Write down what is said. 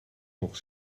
nog